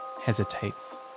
hesitates